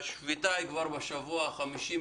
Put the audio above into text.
השביתה כבר בשבוע החמישי.